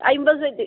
അയിമ്പത് സെന്റ്